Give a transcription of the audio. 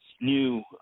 new